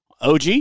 OG